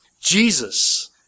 Jesus